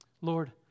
Lord